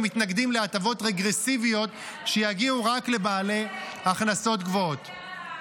הם מתנגדים להטבות רגרסיביות שיגיעו רק לבעלי הכנסות גבוהות.